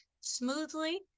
smoothly